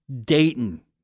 Dayton